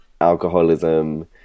alcoholism